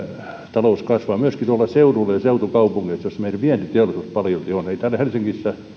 talous kasvaa myöskin seuduilla ja seutukaupungeissa missä meidän vientiteollisuutemme paljolti on ei täällä helsingissä